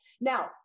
Now